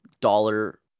dollar